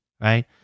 right